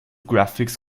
graphics